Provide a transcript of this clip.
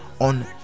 on